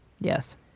Yes